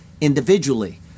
individually